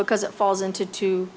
because it falls into t